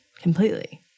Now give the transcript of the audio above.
completely